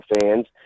fans